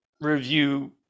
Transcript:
review